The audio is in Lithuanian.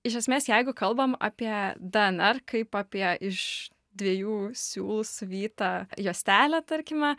iš esmės jeigu kalbam apie dnr kaip apie iš dviejų siūlų suvytą juostelę tarkime